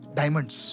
diamonds